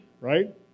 right